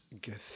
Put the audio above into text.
gift